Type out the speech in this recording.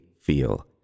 feel